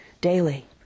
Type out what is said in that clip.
daily